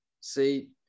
See